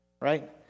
right